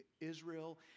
Israel